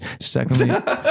secondly